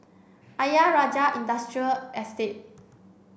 Ayer Rajah Industrial Estate